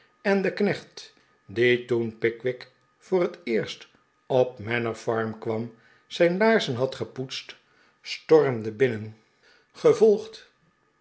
en de knecht die toen pickwick voor het eerst op manor farm kwam zijn laarzen had gepoetst stormde binnen gevolgd